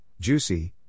juicy